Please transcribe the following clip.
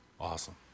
Awesome